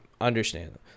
understand